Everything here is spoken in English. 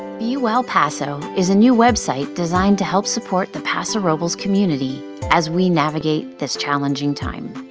be well paso is a new website designed to help support the paso robles community as we navigate this challenging time.